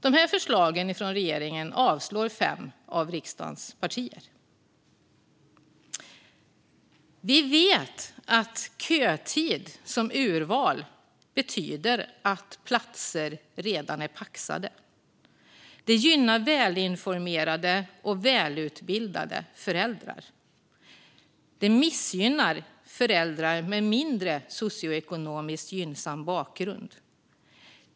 Dessa förslag från regeringen avstyrker fem av riksdagens partier. Vi vet att kötid som urval betyder att platser redan är paxade. Det gynnar välinformerade och välutbildade föräldrar. Det missgynnar föräldrar med mindre socioekonomiskt gynnsam bakgrund.